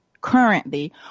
currently